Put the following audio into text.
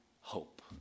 hope